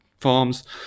farms